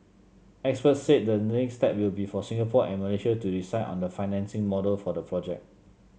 experts said the next step will be for Singapore and Malaysia to decide on the financing model for the project